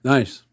Nice